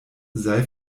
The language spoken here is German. sei